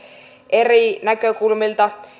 eri näkökulmilta